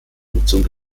nutzung